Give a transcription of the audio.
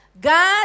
God